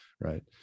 right